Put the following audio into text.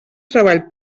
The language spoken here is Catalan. treball